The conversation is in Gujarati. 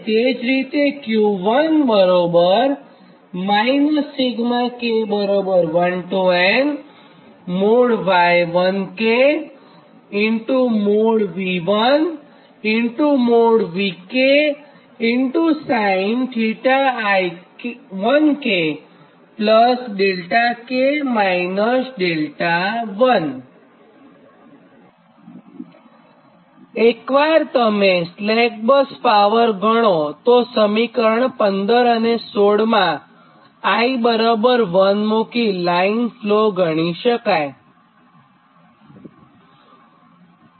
તે જ રીતે એકવાર જ્યારે તમે સ્લેક બસ પાવર ગણોતો સમીકરણ 15 અને 16 માં i બરાબર 1 મુકી લાઇન ફ્લો ગણી શકાય છે